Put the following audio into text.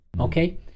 okay